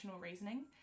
reasoning